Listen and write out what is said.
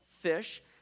fish